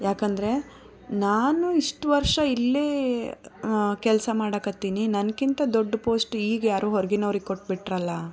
ಯಾಕೆಂದರೆ ನಾನು ಇಷ್ಟು ವರ್ಷ ಇಲ್ಲೇ ಕೆಲಸ ಮಾಡಾಕತ್ತೀನಿ ನನಗಿಂತ ದೊಡ್ಡ ಪೋಸ್ಟ್ ಈಗ ಯಾರೋ ಹೊರ್ಗಿನವರಿಗೆ ಕೊಟ್ಟು ಬಿಟ್ಟರಲ್ಲ